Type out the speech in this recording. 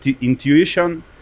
intuition